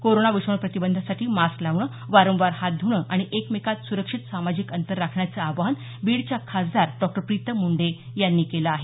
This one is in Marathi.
कोरोना विषाणू प्रतिबंधासाठी मास्क लावणं वारंवार हात ध्रणं आणि एकमेकांत सुरक्षित सामाजिक अंतर राखण्याचं आवाहन बीडच्या खासदार डॉ प्रीतम मुंडे यांनी केलं आहे